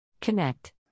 Connect